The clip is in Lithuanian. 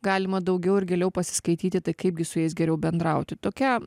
galima daugiau ir giliau pasiskaityti tai kaipgi su jais geriau bendrauti tokia